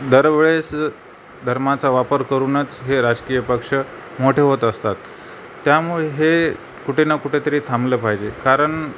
दरवेळेस धर्माचा वापर करूनच हे राजकीय पक्ष मोठे होत असतात त्यामुळे हे कुठे ना कुठेतरी थांबलं पाहिजे कारण